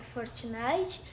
Fortnite